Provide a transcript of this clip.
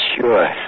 sure